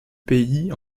pays